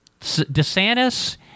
DeSantis